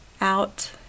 out